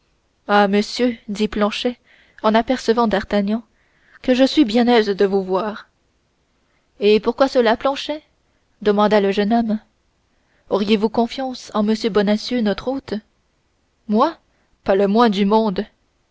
ah monsieur dit planchet en apercevant d'artagnan que je suis aise de vous voir et pourquoi cela planchet demanda le jeune homme auriez-vous confiance en m bonacieux notre hôte moi pas le moins du monde